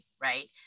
right